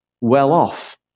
well-off